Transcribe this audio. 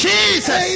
Jesus